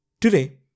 Today